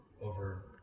over